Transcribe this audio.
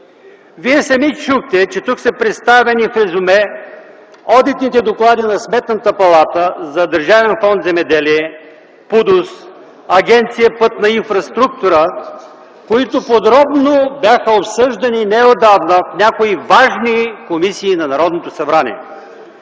Вие сами чухте, че тук са представени в резюме одитните доклади на Сметната палата за Държавен фонд „Земеделие”, ПУДООС, агенция „Пътна инфраструктура”, които подробно бяха обсъждани неотдавна в някои важни комисии на Народното събрание.